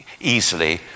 easily